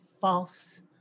false